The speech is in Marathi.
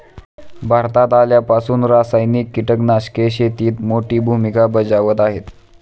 भारतात आल्यापासून रासायनिक कीटकनाशके शेतीत मोठी भूमिका बजावत आहेत